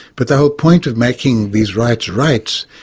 but the whole point of making these rights rights,